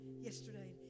yesterday